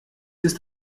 ist